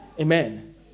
Amen